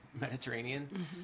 Mediterranean